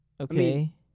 Okay